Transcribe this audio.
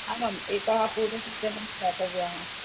आमाम् एताः पूर्वसूचनाः दातव्याः